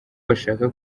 bashaka